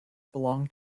belonged